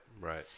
right